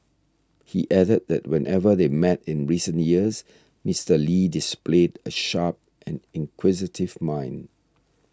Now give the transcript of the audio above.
he added that whenever they met in recent years Mister Lee displayed a sharp and inquisitive mind